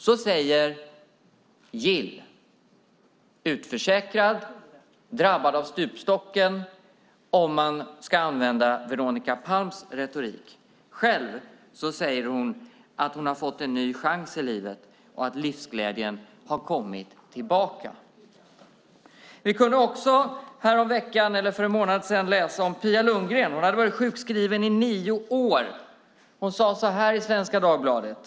Så säger Gill, utförsäkrad och drabbad av stupstocken, om man ska använda Veronica Palms retorik. Själv säger hon att hon har fått en ny chans i livet och att livsglädjen har kommit tillbaka. Vi kunde också för en månad sedan läsa om Pia Lundgren i Svenska Dagbladet.